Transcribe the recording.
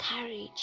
courage